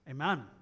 Amen